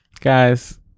Guys